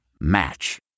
Match